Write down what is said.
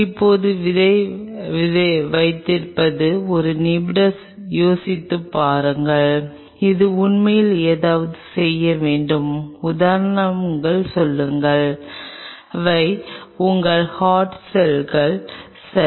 இப்போது விதை வைத்திருப்பது ஒரு நிமிடம் யோசித்துப் பாருங்கள் இது உண்மையில் ஏதாவது செய்ய வேண்டும் உதாரணமாக சொல்லுங்கள் இவை உங்கள் ஹார்ட் செல்கள் சரி